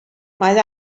mae